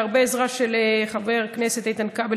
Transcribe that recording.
בהרבה עזרה של חבר הכנסת איתן כבל,